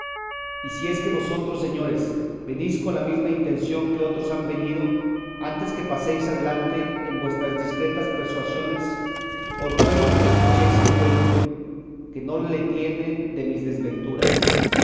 y si es que vosotros señores venís con la mesma intención que otros han venido antes que paséis adelante en vuestras discretas persuasiones os ruego que escuchéis el cuento que no le tiene de mis desventuras